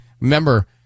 remember